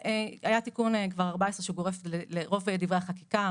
היה כבר תיקון 14 שגורף לרוב דברי החקיקה.